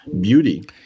beauty